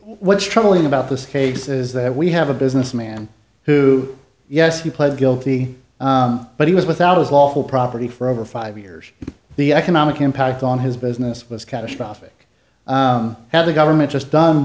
what's troubling about this case is that we have a businessman who yes he pled guilty but he was without his lawful property for over five years the economic impact on his business was catastrophic how the government just done